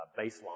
baseline